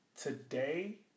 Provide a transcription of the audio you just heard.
today